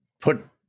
put